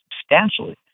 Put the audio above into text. substantially